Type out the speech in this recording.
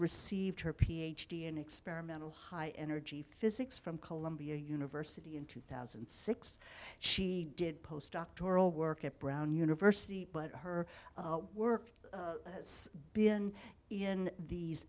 received her ph d an experimental high energy physics from columbia university in two thousand and six she did post doctoral work at brown university but her work has been in these